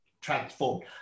transformed